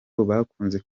bakunze